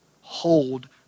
hold